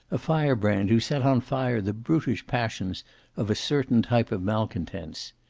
a firebrand who set on fire the brutish passions of a certain type of malcontents.